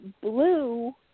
blue